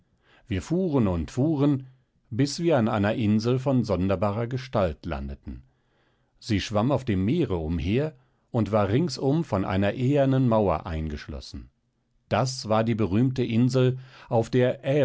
wir fuhren und fuhren bis wir an einer insel von sonderbarer gestalt landeten sie schwamm auf dem meere umher und war ringsum von einer ehernen mauer eingeschlossen das war die berühmte insel auf der